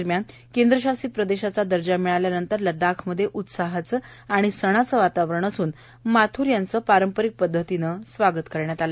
दरम्यान केंद्रशासित प्रदेशाचा दर्जा मिळल्यानंतर लद्दाखमध्ये उत्साहाचं आणि सणाचं वातावरण असून माथूर यांचं पारंपरिक पद्धतीनं स्वागतही करण्यात आला